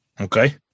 Okay